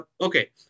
okay